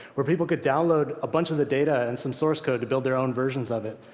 where people could download a bunch of the data and some source code to build their own versions of it.